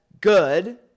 good